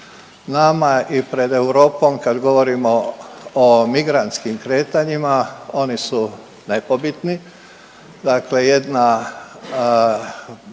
nama i pred Europom kad govorimo o migrantskim kretanjima oni su nepobitni. Dakle, jedna,